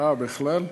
אה, בכלל?